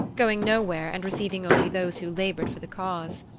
going nowhere and receiving only those who labored for the cause.